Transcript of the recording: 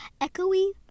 echoey